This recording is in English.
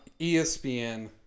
ESPN